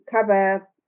cover